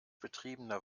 betriebener